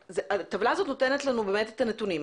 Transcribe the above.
הטבלה הזאת נותנת לנו באמת את הנתונים.